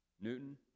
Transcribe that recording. Newton